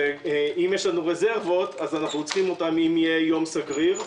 אם יש לנו רזרבות אז אנחנו צריכים אותן אם יהיה יום סגריר.